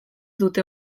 dute